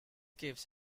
caves